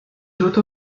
oto